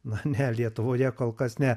na ne lietuvoje kol kas ne